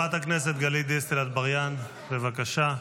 חברת הכנסת גלית דיסטל אטבריאן, בבקשה.